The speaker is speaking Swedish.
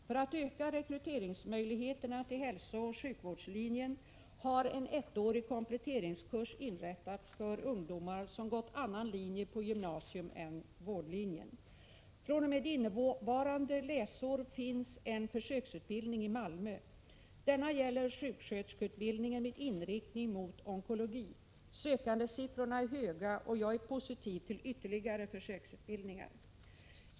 För att öka rekryteringsmöjligheterna till hälsooch sjukvårdslinjen har en ettårig kompletteringskurs inrättats för ungdomar som gått annan linje på gymnasiet än vårdlinjen. fr.o.m. innevarande läsår finns en försöksutbildning i Malmö. Denna gäller sjuksköterskeutbildningen med inriktning mot onkologi. Sökandesiffrorna är höga, och jag är positiv till ytterligare försöksutbildningar.